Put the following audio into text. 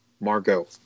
Margot